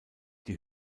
die